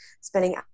spending